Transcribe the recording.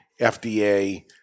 FDA